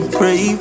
pray